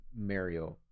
mario